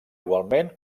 igualment